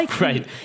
right